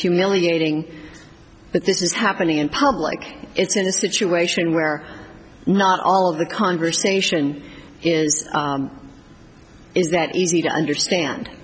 humiliating but this is happening in public it's in a situation where not all of the conversation is is that easy to understand